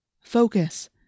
Focus